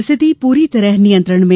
स्थिति पूरी तरह नियंत्रण में